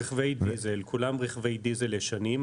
כולם רכבי דיזל ישנים.